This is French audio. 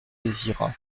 désirat